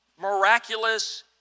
miraculous